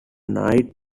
night